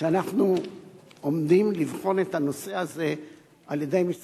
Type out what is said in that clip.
שאנחנו עומדים לבחון את הנושא הזה במשרד